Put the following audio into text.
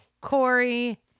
Corey